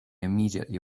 immediately